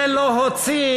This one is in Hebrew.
זה לא הוציא,